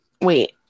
Wait